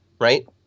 right